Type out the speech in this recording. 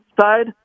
side